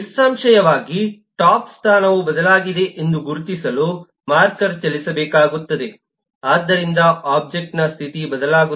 ನಿಸ್ಸಂಶಯವಾಗಿ ಟಾಪ್ ಸ್ಥಾನವು ಬದಲಾಗಿದೆ ಎಂದು ಗುರುತಿಸಲು ಮಾರ್ಕರ್ ಚಲಿಸಬೇಕಾಗುತ್ತದೆ ಆದ್ದರಿಂದ ಒಬ್ಜೆಕ್ಟ್ನ ಸ್ಥಿತಿ ಬದಲಾಗುತ್ತದೆ